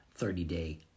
30-day